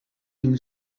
him